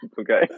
Okay